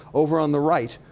over on the right,